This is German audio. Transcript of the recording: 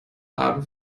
abend